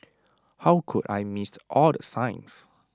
how could I missed all the signs